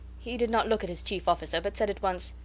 he did not look at his chief officer, but said at once,